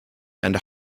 and